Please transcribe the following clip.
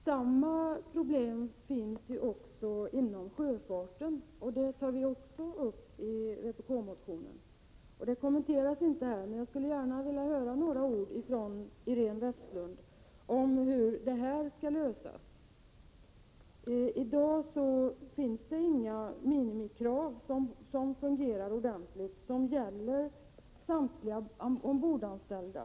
Samma problem finns ju också inom sjöfarten. Detta tar vi också upp i vpk-motionen. Det har inte kommenterats här. Men jag skulle gärna vilja höra något från Iréne Vestlund om hur detta skall lösas. I dag finns inga riktigt fungerande minimikrav som gäller samtliga ombordanställda.